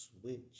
switch